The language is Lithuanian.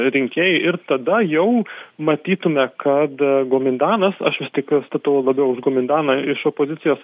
rinkėjai ir tada jau matytume kad gomidanas aš vis tikiu stataulabiau už gumindaną iš opozicijos